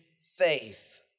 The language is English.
faith